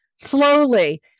Slowly